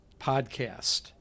podcast